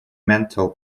mental